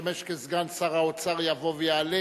המשמש כסגן שר האוצר, יבוא ויעלה